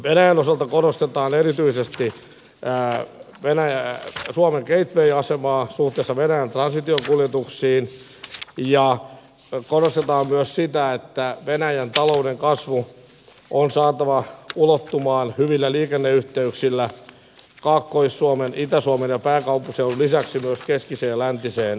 venäjän osalta korostetaan erityisesti suomen gateway asemaa suhteessa venäjän transitokuljetuksiin ja korostetaan myös sitä että venäjän talouden kasvu on saatava ulottumaan hyvillä liikenneyhteyksillä kaakkois suomen itä suomen ja pääkaupunkiseudun lisäksi myös keskiseen ja läntiseen suomeen